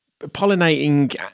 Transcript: pollinating